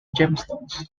gemstones